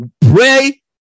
Pray